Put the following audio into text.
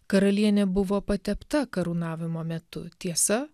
karalienė buvo patepta karūnavimo metu tiesa